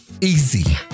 easy